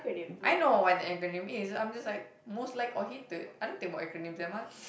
I know what an acronym is I'm just most like or hated I don't think about acronyms that much